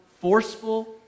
forceful